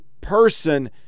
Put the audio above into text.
person